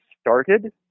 started